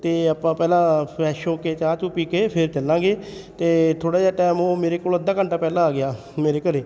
ਅਤੇ ਆਪਾਂ ਪਹਿਲਾਂ ਫਰੈਸ਼ ਹੋ ਕੇ ਚਾਹ ਚੂ ਪੀ ਕੇ ਫਿਰ ਚੱਲਾਂਗੇ ਤਾਂ ਥੋੜ੍ਹਾ ਜਿਹਾ ਟਾਈਮ ਉਹ ਮੇਰੇ ਕੋਲ ਅੱਧਾ ਘੰਟਾ ਪਹਿਲਾਂ ਆ ਗਿਆ ਮੇਰੇ ਘਰ